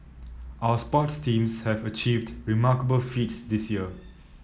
our sports teams have achieved remarkable feats this year